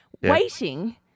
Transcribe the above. waiting